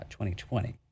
2020